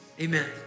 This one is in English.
amen